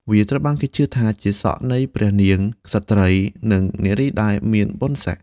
វាត្រូវបានគេជឿថាជាសក់នៃព្រះនាង ក្សត្រីយ៍ និងនារីដែលមានបុណ្យស័ក្តិ។